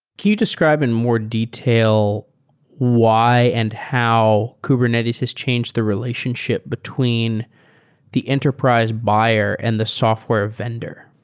can you describe in more detail why and how kubernetes has changed the relationship between the enterprise buyer and the software vendor?